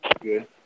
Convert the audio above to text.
Good